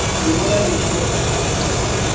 you know that you need a pipeline register their